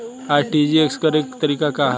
RTGS करे के तरीका का हैं?